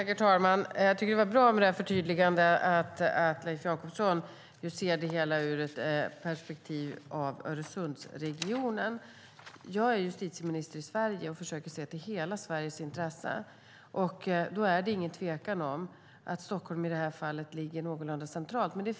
Herr talman! Jag tycker att det var bra med förtydligandet att Leif Jakobsson ser det hela ur perspektivet Öresundsregionen. Jag är justitieminister i Sverige och försöker se till hela Sveriges intresse. Det är inget tvivel om att Stockholm i det här fallet ligger någorlunda centralt.